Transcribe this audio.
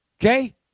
okay